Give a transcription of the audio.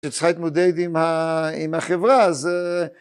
שצריכה להתמודד עם החברה, אז...